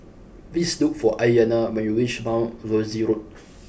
please look for Aiyana when you reach Mount Rosie Road